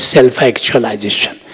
Self-Actualization